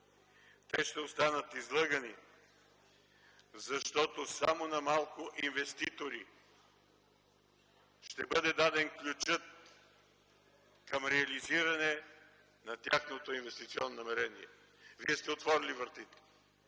Те ще останат излъгани, защото само на малко инвеститори ще бъде даден ключът към реализиране на тяхното инвестиционно намерение. Вие сте отворили вратите.